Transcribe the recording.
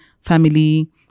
family